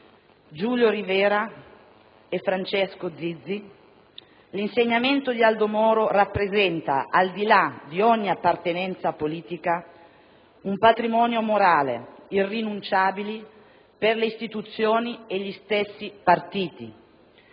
Giulio Rivera e Francesco Zizzi, l'insegnamento di Aldo Moro rappresenta, al di là di ogni appartenenza politica, un patrimonio morale irrinunciabile per le istituzioni e gli stessi partiti.